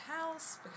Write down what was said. house